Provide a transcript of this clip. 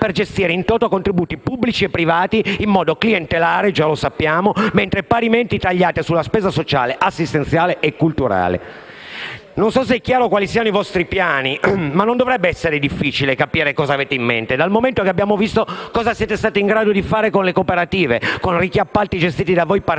per gestire *in* *toto* contributi pubblici e privati, in modo clientelare (già lo sappiamo), mentre parimenti tagliate sulla spesa sociale, assistenziale e culturale. Non so se è chiaro quali siano i vostri piani, ma non dovrebbe essere difficile capire cosa avete in mente, dal momento che abbiamo visto cosa siete stati in grado di fare con le cooperative, con ricchi appalti gestiti da voi partiti